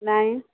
ନାଇଁ